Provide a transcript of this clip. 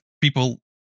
people